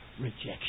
rejection